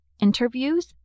interviews